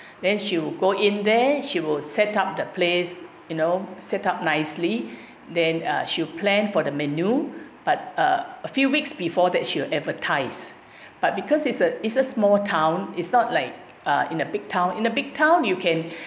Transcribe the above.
then she will go in there she will set up the place you know set up nicely then uh she'll plan for the menu but uh a few weeks before that she will advertise but because it's a it's a small town it's not like uh in a big town in a big town you can